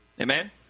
Amen